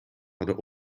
hadden